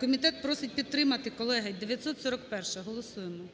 Комітет просить підтримати, колеги. 941-а, голосуємо.